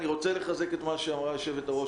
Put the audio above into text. אני רוצה לחזק את מה שאמרה יושבת-הראש